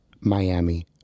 Miami